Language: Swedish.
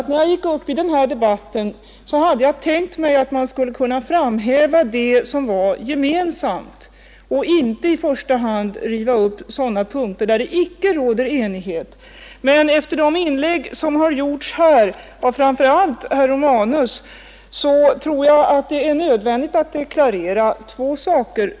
När jag gick upp i den här debatten hade jag tänkt mig att man skulle kunna framhäva det som varit gemensamt och inte i första hand riva upp sådana punkter där det icke råder enighet. Men efter de inlägg som gjorts här av framför allt herr Romanus tror jag det är nödvändigt att deklarera två saker.